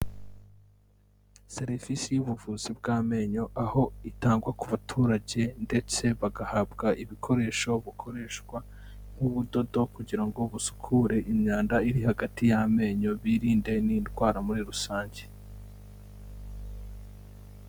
Serivisi y'ubuvuzi bw'amenyo aho itangwa ku baturage ndetse bagahabwa ibikoresho bikoreshwa nk'ubudodo kugira ngo busukure imyanda iri hagati y'amenyo birinde n'indwara muri rusange.